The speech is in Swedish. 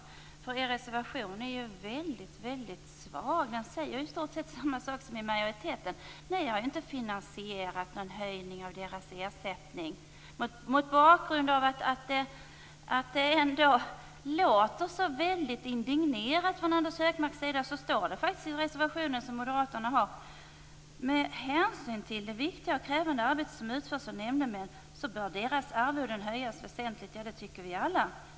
Moderaternas reservation är nämligen väldigt svag, och det som sägs där är i stort sett samma sak som majoriteten säger. Moderaterna har ju inte finansierat någon höjning av nämndemännens ersättning! Mot bakgrund av att Anders G Högmark låter så indignerad är det konstigt att det bara står så här i Moderaternas reservation: "Med hänsyn till det viktiga och krävande arbete som utförs av nämndemän bör deras arvoden höjas väsentligt." Ja, det tycker vi alla!